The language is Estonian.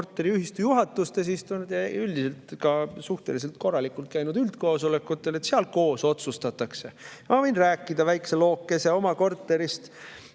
korteriühistu juhatuses istunud ja üldiselt suhteliselt korralikult käinud ka üldkoosolekutel, kus koos otsustatakse. Ma võin rääkida väikse lookese oma korterist,